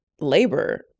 labor